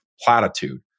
platitude